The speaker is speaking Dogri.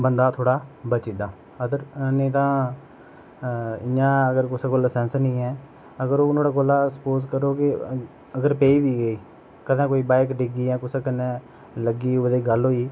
बंदा थोह्ड़ा बची जंदा आते नेईं तां इयां अगर कुसै कोल लसैंस नी ऐ अगर ओह् नुआढ़े कोला सप्पोज करो गी अगर पेई बी गेई कदें कोई बाइक डिग्गी जां कुसै कन्नै लग्गी जां गल्ल होई